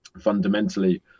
fundamentally